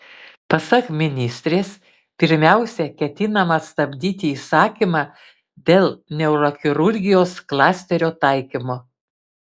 pasak ministrės pirmiausia ketinama stabdyti įsakymą dėl neurochirurgijos klasterio taikymo